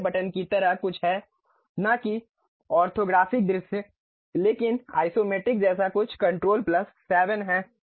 नीले बटन की तरह कुछ है न कि ऑर्थोग्राफिक दृश्य लेकिन आइसोमेट्रिक जैसा कुछ कण्ट्रोल प्लस 7 है